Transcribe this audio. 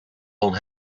old